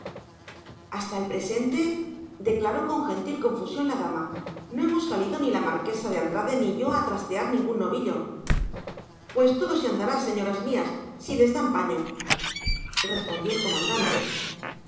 hasta la presente declaró con gentil confusión la dama no hemos salido ni la marquesa de andrade ni yo a trastear ningún novillo pues todo se andará señoras mías si les dan paño respondió el comandante